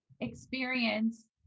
experience